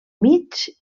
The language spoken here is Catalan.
mig